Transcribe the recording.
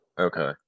Okay